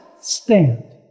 stand